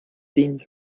seems